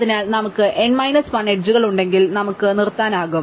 അതിനാൽ നമുക്ക് n minus 1 എഡ്ജുകൾ ഉണ്ടെങ്കിൽ നമുക്ക് നിർത്താനാകും